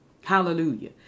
Hallelujah